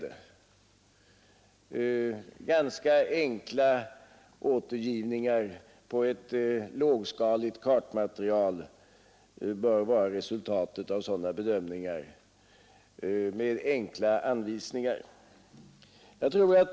Resultatet av sådana bedömningar bör vara ganska enkla återgivningar på ett lågskaligt kartmaterial med enkla anvisningar.